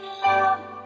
love